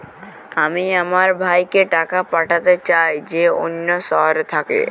আমি আমার ভাইকে টাকা পাঠাতে চাই যে অন্য শহরে থাকে